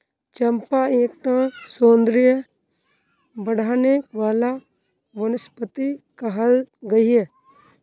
चंपा एक टा सौंदर्य बढाने वाला वनस्पति कहाल गहिये